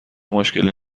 مشکلی